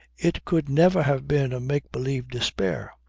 it could never have been a make-believe despair.